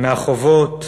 מהחובות?